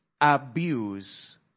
abuse